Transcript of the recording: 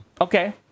Okay